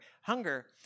Hunger